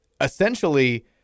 essentially